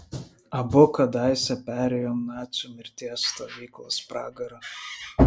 abu kadaise perėjo nacių mirties stovyklos pragarą